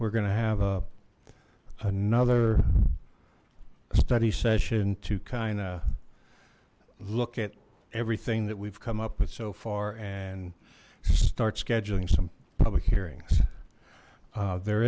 we're going to have another study session to kind of look at everything that we've come up with so far and start scheduling some public hearings there